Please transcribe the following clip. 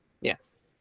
Yes